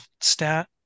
stat